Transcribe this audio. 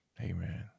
Amen